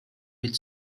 with